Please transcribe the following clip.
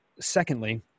secondly